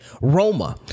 Roma